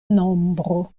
nombro